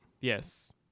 Yes